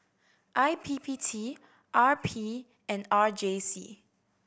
I P P T R P and R J C